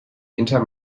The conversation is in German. hinter